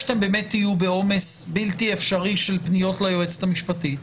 שתהיו בעומס בלתי אפשרי של פניות ליועצת המשפטית,